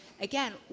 again